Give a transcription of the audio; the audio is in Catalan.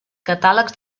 catàlegs